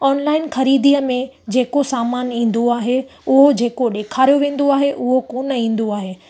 online ख़रीदीअ में जेको सामान ईंदो आहे उहो जेको ॾेखारियो वेंदो आहे उहो कोन इंदो आहे